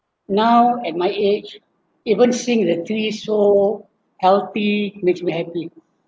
now at my age even seeing the tree so healthy makes me happy